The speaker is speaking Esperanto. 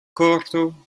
korto